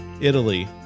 Italy